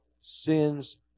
sin's